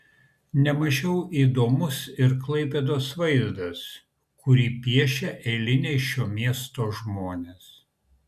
ne mažiau įdomus ir klaipėdos vaizdas kurį piešia eiliniai šio miesto žmonės